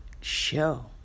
Show